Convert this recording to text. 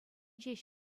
ҫеҫ